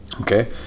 Okay